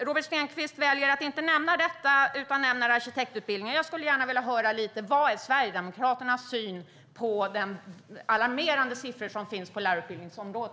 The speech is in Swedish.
Robert Stenkvist väljer att inte nämna detta utan nämner arkitektutbildningen. Jag skulle gärna vilja höra lite: Vad är Sverigedemokraternas syn på de alarmerande siffror som finns på lärarutbildningens område?